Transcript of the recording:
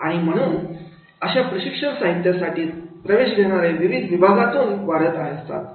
आणि म्हणून अशा प्रशिक्षण साहित्य साठी प्रवेश घेणारे विविध विभागांमधून वाढत असतात